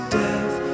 death